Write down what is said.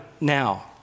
now